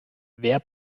wer